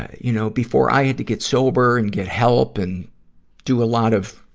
you know, before i had to get sober and get help and do a lot of,